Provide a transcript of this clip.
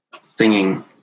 singing